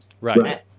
right